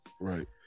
Right